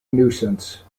nuisance